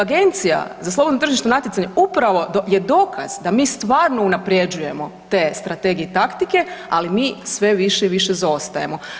Agencija za slobodno tržišno natjecanje upravo je dokaz da mi stvarno unaprjeđujemo te strategije i taktike ali sve više i više zaostajemo.